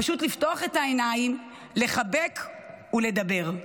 פשוט לפתוח את העיניים, לחבק ולדבר.